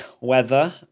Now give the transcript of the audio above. weather